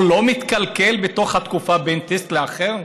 הוא לא מתקלקל בתוך התקופה בין טסט לאחר?